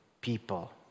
people